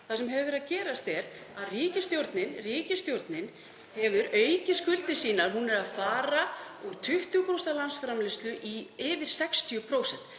Það sem hefur verið að gerast er að ríkisstjórnin hefur aukið skuldir sínar en hún er að fara úr 20% af landsframleiðslu í yfir 60%.